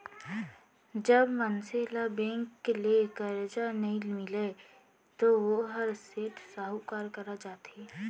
जब मनसे ल बेंक ले करजा नइ मिलय तो वोहर सेठ, साहूकार करा जाथे